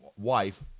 wife